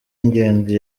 ingenzi